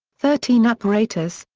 thirteen apparatus,